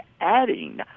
adding